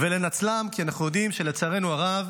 כי אנחנו יודעים שלצערנו הרב